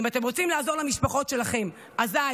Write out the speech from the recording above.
אם אתם רוצים לעזור למשפחות שלכם, אזי